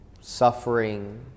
suffering